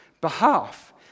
behalf